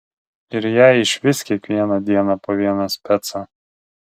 ir jai išvis kiekvieną dieną po vieną specą